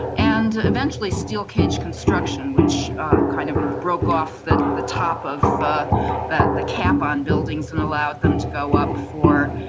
and eventually steel-cage construction, which kind of broke off the the top of ah but the cap on buildings and allowed them to go up for